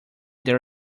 there